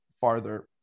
farther